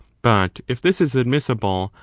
but, if this is admissible,